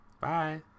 bye